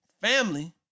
Family